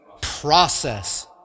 Process